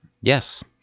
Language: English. Yes